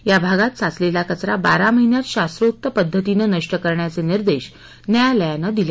या भागात साचलेला कचरा बारा महिन्यात शास्त्रोक्त पद्धतीनं नष्ट करण्याचे निर्देश न्यायालयानं दिले